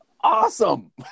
awesome